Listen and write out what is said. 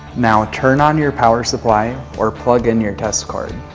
now turn on your power supply or plug in your test cord.